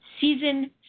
season